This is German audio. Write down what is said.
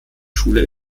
schule